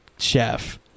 Chef